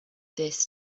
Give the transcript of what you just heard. this